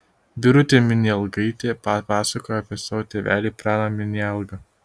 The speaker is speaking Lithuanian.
birutė minialgaitė papasakojo apie savo tėvelį praną minialgą